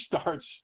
starts